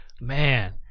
Man